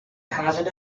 hazard